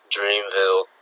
Dreamville